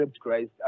Christ